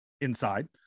inside